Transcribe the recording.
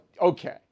okay